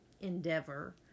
endeavor